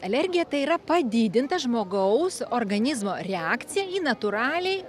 alergija tai yra padidinta žmogaus organizmo reakcija į natūraliai